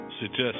suggest